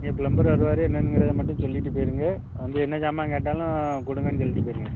எங்கள் ப்ளம்பர் வருவார் என்னங்கிறத மட்டும் சொல்லிவிட்டு போயிடுங்க வந்து என்ன ஜாமான் கேட்டாலும் கொடுங்கன்னு சொல்லிவிட்டு போயிடுங்க